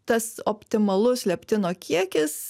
tas optimalus leptino kiekis